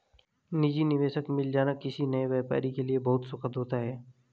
निजी निवेशक मिल जाना किसी नए व्यापारी के लिए बहुत सुखद होता है